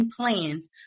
plans